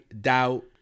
doubt